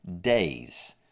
days